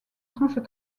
tranches